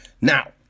Now